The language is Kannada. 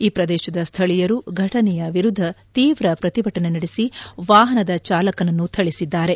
ಆ ಪ್ರದೇಶದ ಸ್ಥಳೀಯರು ಘಟನೆಯ ವಿರುದ್ದ ತೀವ್ರ ಪ್ರತಿಭಟನೆ ನಡೆಸಿ ವಾಹನದ ಚಾಲಕನನ್ನು ಥಳಿಸಿದ್ದಾರೆ